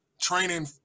training